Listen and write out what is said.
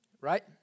right